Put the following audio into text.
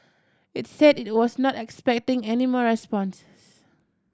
it said it was not expecting any more responses